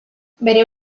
bere